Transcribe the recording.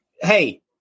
hey